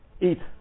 eat